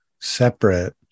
separate